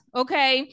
okay